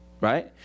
Right